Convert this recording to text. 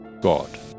God